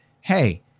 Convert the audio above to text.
Hey